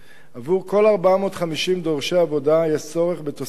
עבור כל 450 דורשי עבודה יש צורך בתוספת